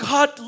God